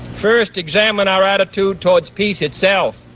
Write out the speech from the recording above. first, examine our attitude toward peace itself.